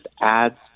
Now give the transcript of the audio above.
adds